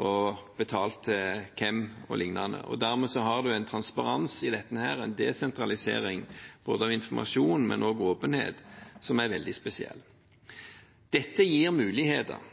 og betalt til hvem, o.l., og dermed har man en transparens i dette, en desentralisering både av informasjon og også åpenhet, som er veldig spesiell. Dette gir muligheter